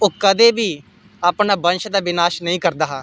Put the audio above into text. ओह् कदें बी अपना वंश दा विनाश नेईं करदा हा